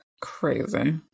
Crazy